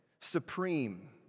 supreme